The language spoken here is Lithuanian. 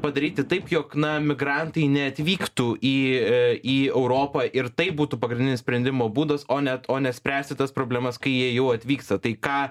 padaryti taip jog na migrantai neatvyktų į ė į europą ir tai būtų pagrindinis sprendimo būdas o net o ne spręsti tas problemas kai jie jau atvyksta tai ką